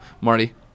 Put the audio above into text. Marty